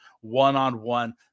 one-on-one